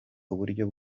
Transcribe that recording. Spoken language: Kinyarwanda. uburyo